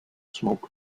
smoke